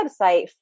website